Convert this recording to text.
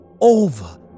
over